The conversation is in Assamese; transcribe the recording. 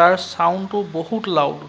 তাৰ ছাউণ্ডটো বহুত লাউড